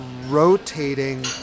rotating